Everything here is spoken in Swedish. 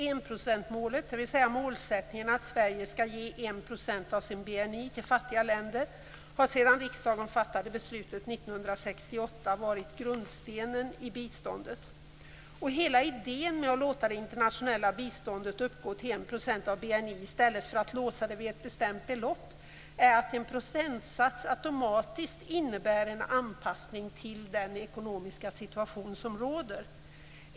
Enprocentsmålet, dvs. målsättningen att Sverige skall ge 1 % av sin BNI till fattiga länder, har sedan riksdagen fattade beslutet 1968 varit grundstenen i biståndet. Hela idén med att låta det internationella biståndet uppgå till 1 % av BNI, i stället för att låsa det till ett bestämt belopp, är att en procentsats automatiskt innebär en anpassning till den ekonomiska situation som råder.